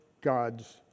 gods